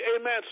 amen